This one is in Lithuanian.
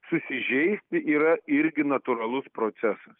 susižeisti yra irgi natūralus procesas